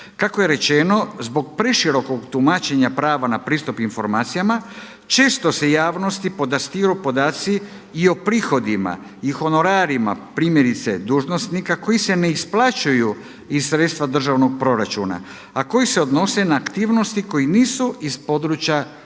Kako je rečeno zbog preširokog tumačenja prava na pristup informacijama, često se javnosti podastiru podaci i o prihodima i honorarima, primjerice dužnosnika koji se ne isplaćuju iz sredstva državnog proračuna, a koje se odnose na aktivnosti koje nisu iz područja sukoba